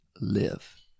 live